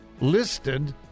listed